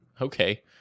Okay